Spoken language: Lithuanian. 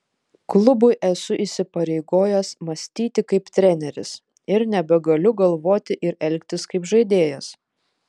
klubui esu įsipareigojęs mąstyti kaip treneris ir nebegaliu galvoti ir elgtis kaip žaidėjas